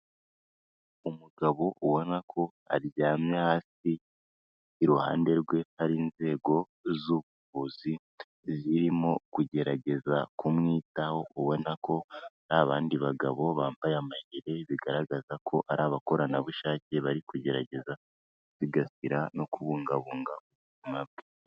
Umugabo ubona ko aryamye hasi iruhande rwe hari inzego z'ubuvuzi zirimo kugerageza kumwitaho ubona ko hari abandi bagabo bambaye amajire bigaragaza ko ari abakoranabushake bari kugerageza gusigasira no kubungabunga ubuzima bwe.